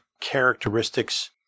characteristics